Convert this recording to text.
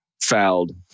fouled